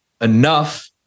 enough